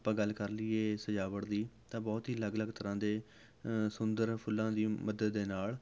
ਆਪਾਂ ਗੱਲ ਕਰ ਲਈਏ ਸਜਾਵਟ ਦੀ ਤਾਂ ਬਹੁਤ ਹੀ ਅਲੱਗ ਅਲੱਗ ਤਰ੍ਹਾਂ ਦੇ ਸੁੰਦਰ ਫੁੱਲਾਂ ਦੀ ਮਦਦ ਦੇ ਨਾਲ